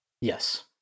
Yes